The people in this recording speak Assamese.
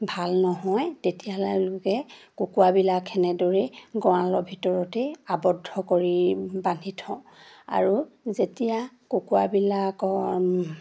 ভাল নহয় তেতিয়াহ'লে লোকে কুকুৰাবিলাক সেনেদৰেই গঁড়ালৰ ভিতৰতে আৱদ্ধ কৰি বান্ধি থওঁ আৰু যেতিয়া কুকুৰাবিলাকৰ